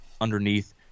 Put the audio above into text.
underneath